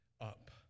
up